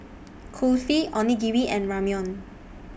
Kulfi Onigiri and Ramyeon